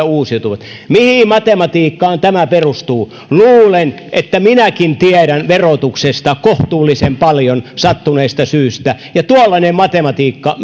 uusiutuvat mihin matematiikkaan tämä perustuu luulen että minäkin tiedän verotuksesta kohtuullisen paljon sattuneesta syystä ja tuollainen matematiikka